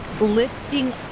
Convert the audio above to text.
lifting